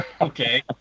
Okay